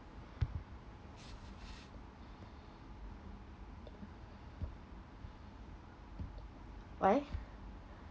why